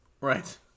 Right